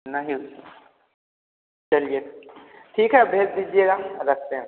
नहीं चलिए ठीक है भेज दीजिएगा रखते हैं